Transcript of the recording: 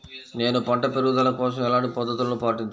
నేను పంట పెరుగుదల కోసం ఎలాంటి పద్దతులను పాటించాలి?